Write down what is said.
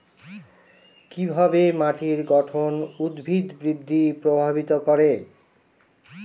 কিভাবে মাটির গঠন উদ্ভিদ বৃদ্ধি প্রভাবিত করে?